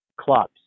clubs